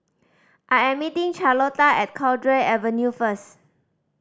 I am meeting Charlotta at Cowdray Avenue first